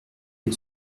que